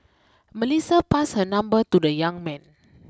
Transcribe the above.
Melissa passed her number to the young man